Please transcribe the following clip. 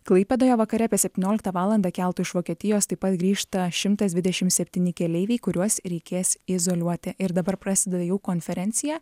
klaipėdoje vakare apie septynioliktą valandą keltu iš vokietijos taip pat grįžta šimtas dvidešimt septyni keleiviai kuriuos reikės izoliuoti ir dabar prasideda jau konferencija